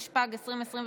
התשפ"ג 2023,